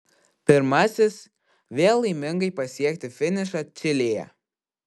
pirmasis vėl laimingai pasiekti finišą čilėje